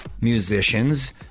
musicians